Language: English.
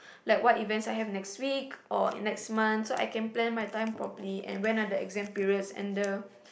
like what events I have next week or next month so I can plan my time properly and when are the exam periods and the